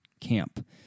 camp